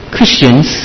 Christians